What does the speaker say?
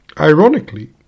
ironically